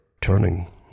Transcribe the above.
turning